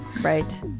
Right